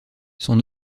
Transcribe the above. sont